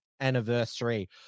anniversary